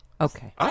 Okay